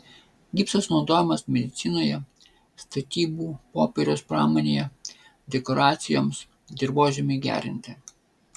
gipsas naudojamas medicinoje statybų popieriaus pramonėje dekoracijoms dirvožemiui gerinti